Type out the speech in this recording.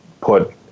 put